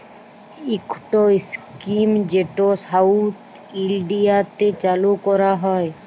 ইকট ইস্কিম যেট সাউথ ইলডিয়াতে চালু ক্যরা হ্যয়